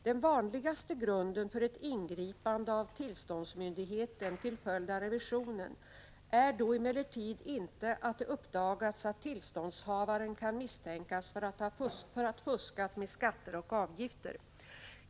Den vanligaste grunden för ett ingripande av tillståndsmyndigheten till följd av revisionen är då emellertid inte att det uppdagats att tillståndshavaren kan misstänkas för att ha fuskat med skatter och avgifter.